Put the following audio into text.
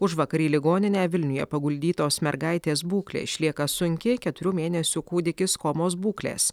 užvakar į ligoninę vilniuje paguldytos mergaitės būklė išlieka sunki keturių mėnesių kūdikis komos būklės